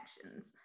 connections